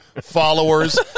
followers